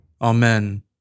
Amen